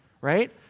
right